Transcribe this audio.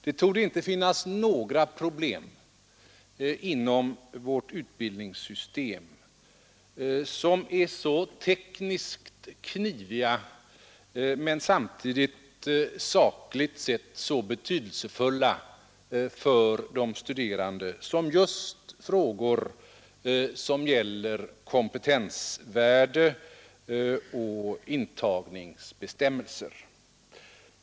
Det torde inte finnas några problem inom vårt utbildningssystem som är så tekniskt kniviga men samtidigt sakligt sett så betydelsefulla för de studerande som frågor vilka gäller kompetensvärde och intagningsbestämmelser.